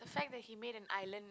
the fact that he made an island